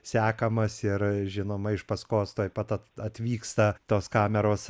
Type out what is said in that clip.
sekamas ir žinoma iš paskos tuoj pat atvyksta tos kameros